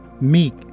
meek